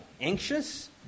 Anxious